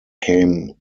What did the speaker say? came